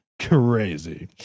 crazy